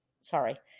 sorry